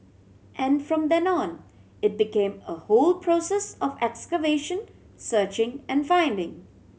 and from then on it became a whole process of excavation searching and finding